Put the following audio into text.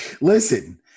Listen